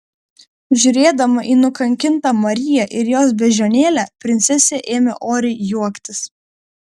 žiūrėdama į nukankintą mariją ir jos beždžionėlę princesė ėmė oriai juoktis